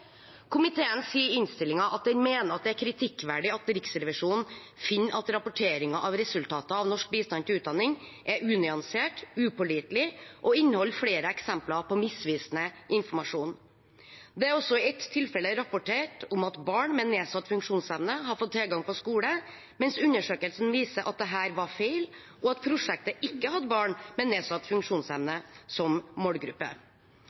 Komiteen sier i innstillingen at den mener det er kritikkverdig at Riksrevisjonen finner at rapporteringen av resultatene av norsk bistand til utdanning er unyansert og upålitelig, og at den inneholder flere eksempler på misvisende informasjon. Det er også i ett tilfelle rapportert om at barn med nedsatt funksjonsevne har fått tilgang til skole, mens undersøkelsen viser at dette er feil, og at prosjektet ikke hadde barn med nedsatt funksjonsevne som målgruppe.